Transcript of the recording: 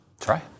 Try